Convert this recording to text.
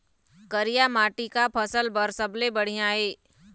करिया माटी का फसल बर सबले बढ़िया ये?